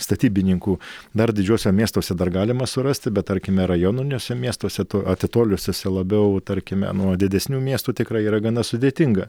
statybininkų dar didžiuose miestuose dar galima surasti bet tarkime rajoniniuose miestuose tų atitoliusiose labiau tarkime nuo didesnių miestų tikrai yra gana sudėtinga